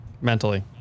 Mentally